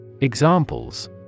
Examples